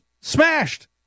smashed